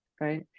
right